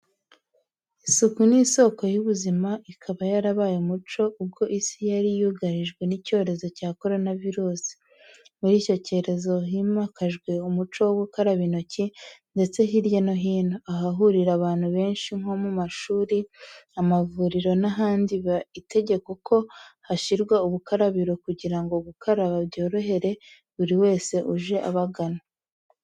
Isuku ni isoko y'ubuzima ikaba yarabaye umuco ubwo isi yari yugarijwe n'icyorezo cya Korona virusi. Muri icyo cyorezo himakajwe umuco wo gukaraba intoki ndetse hirya no hino, ahahurira abantu benshi nko ku mashuri, amavuriro n'ahandi biba itegeko ko hashyirwa ubukarabiro kugira ngo gukaraba byorohere buri wese uje abagana.